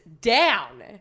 down